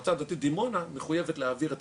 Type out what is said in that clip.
המועצה הדתית של דימונה מחויבת להעביר את